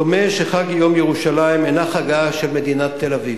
דומה שחג יום ירושלים אינו חגה של מדינת תל-אביב.